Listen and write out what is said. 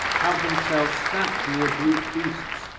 have themselves snapped near brute beasts,